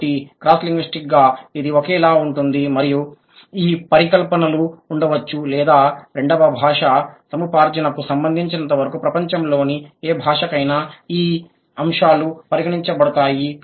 కాబట్టి cross linguistic గా ఇది ఒకేలా ఉంటుంది మరియు ఈ పరికల్పనలు ఉండవచ్చు లేదా రెండవ భాషా సముపార్జనకు సంబంధించినంతవరకు ప్రపంచంలోని ఏ భాషకైనా ఈ అంశాలు పరిగణించబడతాయి